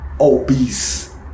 obese